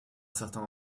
certain